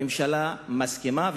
הממשלה מסכימה,